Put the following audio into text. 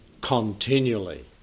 continually